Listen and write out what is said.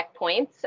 checkpoints